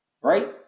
Right